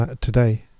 today